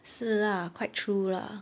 是 lah quite true lah